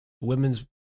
women's